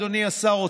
אדוני השר,